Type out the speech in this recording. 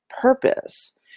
purpose